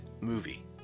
movie